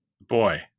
boy